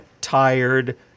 tired